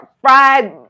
fried